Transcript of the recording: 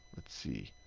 let's see.